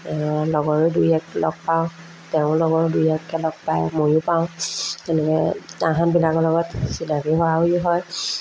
লগৰো দুই এক লগ পাওঁ তেওঁৰ লগৰো দুই এককৈ লগ পায় ময়ো পাওঁ তেনেকৈ তাহাঁতবিলাকৰ লগত চিনাকি হোৱাহোৱি হয়